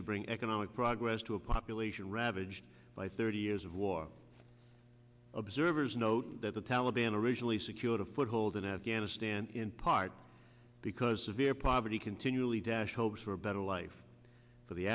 to bring economic progress to a population ravaged by thirty years of war observers note that the taliban originally secured a foothold in afghanistan in part because severe poverty continually dashed hopes for a better life for the